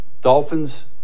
Dolphins